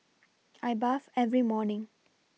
I bathe every morning